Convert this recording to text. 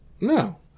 no